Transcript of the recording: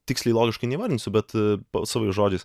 tiksliai logiškai neįvardinsiu bet savais žodžiais